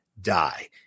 die